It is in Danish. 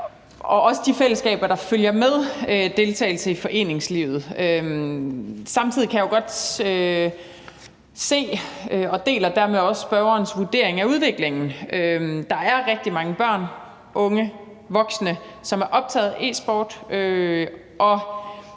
og også de fællesskaber, der følger med en deltagelse i foreningslivet. Samtidig kan jeg jo godt se og deler dermed også spørgerens vurdering af udviklingen. Der er rigtig mange børn, unge og voksne, som er optaget af e-sport,